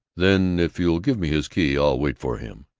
then if you'll give me his key, i'll wait for him.